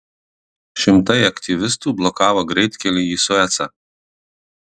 šimtai aktyvistų blokavo greitkelį į suecą